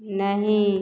नहि